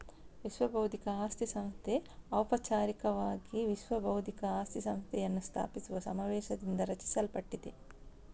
ವಿಶ್ವಬೌದ್ಧಿಕ ಆಸ್ತಿ ಸಂಸ್ಥೆ ಔಪಚಾರಿಕವಾಗಿ ವಿಶ್ವ ಬೌದ್ಧಿಕ ಆಸ್ತಿ ಸಂಸ್ಥೆಯನ್ನು ಸ್ಥಾಪಿಸುವ ಸಮಾವೇಶದಿಂದ ರಚಿಸಲ್ಪಟ್ಟಿದೆ